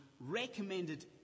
recommended